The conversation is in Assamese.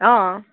অঁ